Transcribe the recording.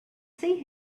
see